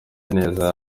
ineza